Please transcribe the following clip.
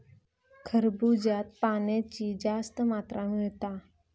खरबूज्यात पाण्याची जास्त मात्रा मिळता